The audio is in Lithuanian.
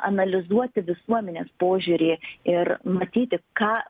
analizuoti visuomenės požiūrį ir matyti ką